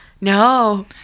No